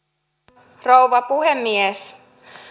arvoisa rouva puhemies